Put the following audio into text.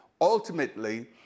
Ultimately